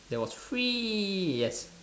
that was free yes